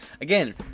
Again